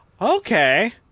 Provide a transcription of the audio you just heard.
Okay